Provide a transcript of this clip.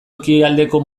ekialdeko